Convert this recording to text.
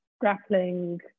grappling